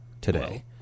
today